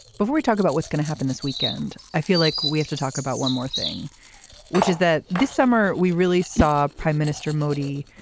before we talk about what's going to happen this weekend i feel like we have to talk about one more thing which is that this summer we really saw prime minister modi